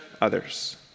others